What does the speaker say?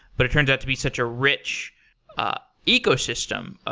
but it turns out to be such a rich ah ecosystem.